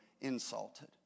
insulted